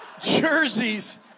jerseys